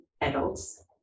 adults